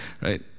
Right